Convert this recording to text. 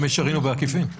במישרין או בעקיפין.